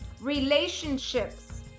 relationships